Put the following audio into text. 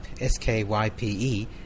S-K-Y-P-E